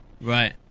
Right